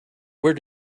where